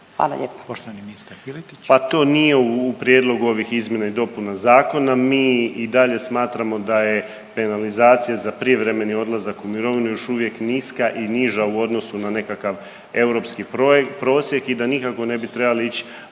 Piletić. **Piletić, Marin (HDZ)** Pa to nije u prijedlogu ovih izmjena i dopuna Zakona, mi i dalje smatramo da je penalizacija prijevremeni odlazak u mirovinu još uvijek niska i niža u odnosu na nekakav europski prosjek i da nikako ne bi trebali ići